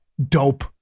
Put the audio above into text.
dope